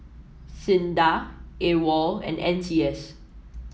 sINDA AWOL and N C S